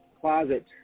closet